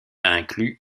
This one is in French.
inclus